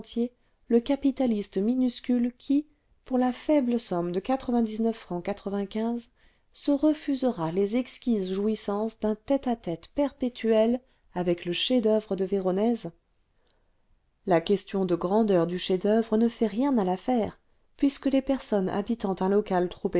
le capitaliste minuscule qui pour la faible somme de fr se refusera les exquises jouissances d'un tête-à-tête perpétuel avec le chef-d'oeuvre de véronèse la question de grandeur du chef-d'oeuvre ne fait rien à l'affaire puisque les personnes habitant un local